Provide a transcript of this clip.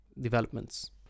developments